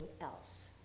else